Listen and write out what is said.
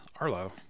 Arlo